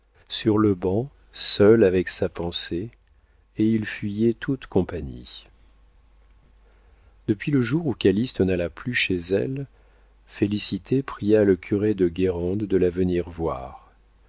sur le banc seul avec sa pensée et il fuyait toute compagnie depuis le jour où calyste n'alla plus chez elle félicité pria le curé de guérande de la venir voir